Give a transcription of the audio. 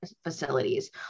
facilities